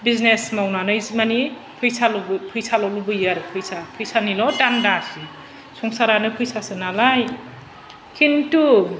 business मावनानै मानि फैसा लु फैसाल' लुबैयो आरो फैसा फैसानिल' दान्दासै संसारानो फैसासो नालाय खिन्थु